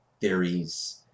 theories